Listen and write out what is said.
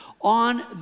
on